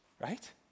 right